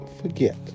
Forget